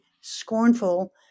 scornful